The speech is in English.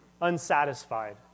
unsatisfied